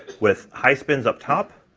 with high spins up top,